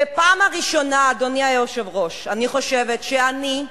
בפעם הראשונה, אדוני היושב-ראש, אני חושבת שאני,